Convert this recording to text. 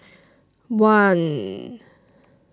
one